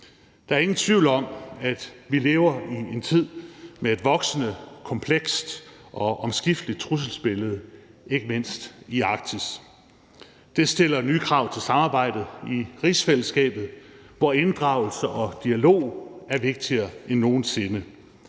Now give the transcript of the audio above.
Der er ingen tvivl om, at vi lever i en tid med et voksende komplekst og omskifteligt trusselsbillede ikke mindst i Arktis. Det stiller nye krav til samarbejdet i rigsfællesskabet, hvor inddragelse og dialog er vigtigere end nogen sinde